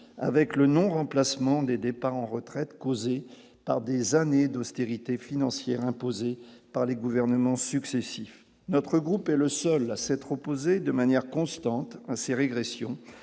avec le non-remplacement des départs en retraite causées par des années d'austérité financière imposée par les gouvernements successifs, notre groupe est le seul à s'être opposé de manière constante ainsi régression